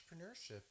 entrepreneurship